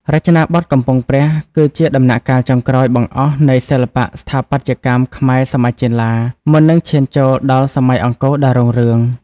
រចនាបថកំពង់ព្រះ គឺជាដំណាក់កាលចុងក្រោយបង្អស់នៃសិល្បៈស្ថាបត្យកម្មខ្មែរសម័យចេនឡា មុននឹងឈានចូលដល់សម័យអង្គរដ៏រុងរឿង។